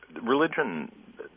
Religion